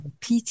PT